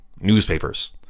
newspapers